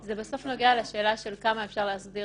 זה בסוף נוגע לשאלה כמה אפשר להסביר